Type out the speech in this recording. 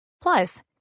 Plus